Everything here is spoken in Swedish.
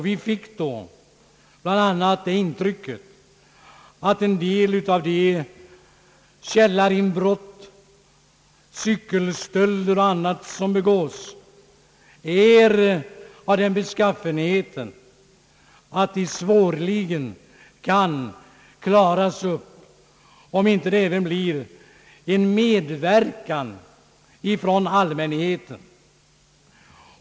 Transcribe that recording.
Vi fick då bl.a. det intrycket att en del av de källarinbrott, cykelstölder och annat som begås är av den beskaffenheten att de svårligen kan klaras upp, om det inte även blir en medverkan från allmänheten.